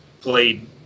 played